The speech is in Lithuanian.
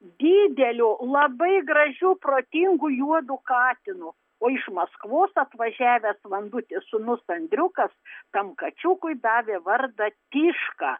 dideliu labai gražiu protingu juodu katinu o iš maskvos atvažiavęs vandutės sūnus andriukas tam kačiukui davė vardą tyška